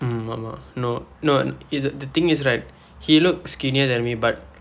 mm ஆமா:aamaa no no th~ the thing is right he look skinnier than me but